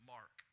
Mark